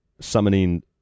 summoning